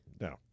No